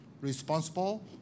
responsible